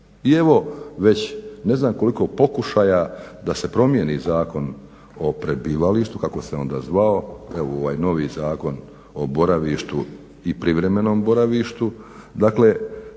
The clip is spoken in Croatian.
I evo već ne znam koliko pokušaja da se promijeni Zakon o prebivalištu kako se onda zvao evo ovaj novi Zakon o boravištu i privremenom boravištu.